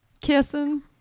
kissing